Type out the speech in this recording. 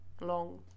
long